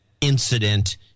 incident